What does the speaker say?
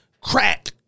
crack